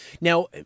Now